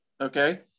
Okay